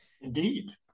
Indeed